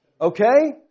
Okay